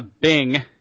Bing